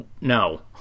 no